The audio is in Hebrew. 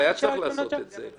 היה צריך לעשות את זה.